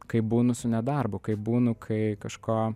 kaip būnu su nedarbu kaip būnu kai kažko